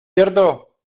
cierto